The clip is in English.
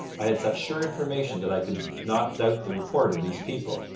i had such sure information that i could not doubt the report of these people,